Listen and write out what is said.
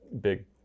big